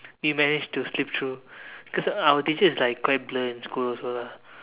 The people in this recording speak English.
we managed to slip through because our teacher is like quite blur in school also lah